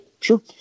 sure